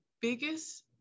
biggest